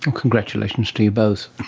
congratulations to you both.